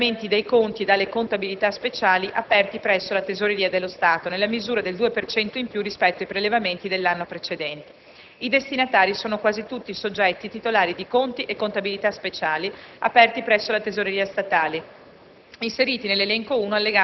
e dei limiti ai prelevamenti dai conti e dalle contabilità speciali aperti presso la tesoreria dello Stato, nella misura del 2 per cento in più rispetto ai prelevamenti dell'anno precedente; i destinatari sono quasi tutti soggetti titolari di conti e contabilità speciali aperti presso la tesoreria statale,